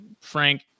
Frank